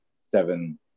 seven